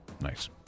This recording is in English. nice